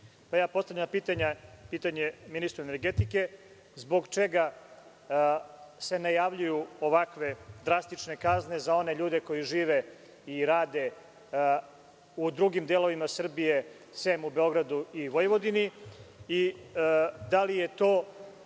energetike. Postavljam pitanje ministru energetike – zbog čega se najavljuju ovakve drastične kazne za one ljude koji žive i rade u drugim delovima Srbije, sem u Beogradu i Vojvodini? Da li je to